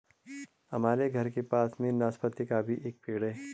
हमारे घर के पास में नाशपती का भी एक पेड़ है